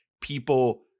people